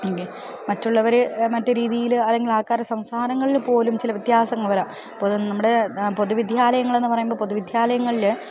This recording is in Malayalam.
എങ്കിൽ മറ്റുള്ളവർ മറ്റു രീതിയിൽ അല്ലെങ്കിൽ ആൾക്കാരെ സംസാരങ്ങളിൽ പോലും ചില വ്യത്യാസങ്ങൾ വരാം പൊതു നമ്മുടെ പൊതുവിദ്യാലയങ്ങളെന്ന് പറയുമ്പോൾ പൊതുവിദ്യാലയങ്ങളിൽ